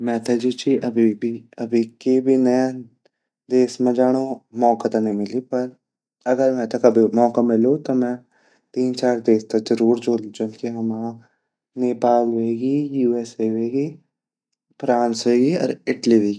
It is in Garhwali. मेते जु ची उ अभी के भी नया देश मा जान्दो मौका ता नि मिली पर अगर मेते कभी मौका मिलु ता मैं तीन चार देश ता ज़रूर जोलु जान की हमा नेपाल वेगि यू-एस-ए वेगि फ्रांस वेगी अर इटली वेगी।